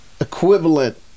equivalent